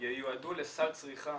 ייועדו לסל צריכה